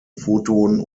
photon